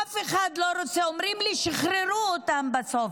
אף אחד לא רוצה, אומרים לי: שחררו אותם בסוף.